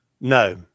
no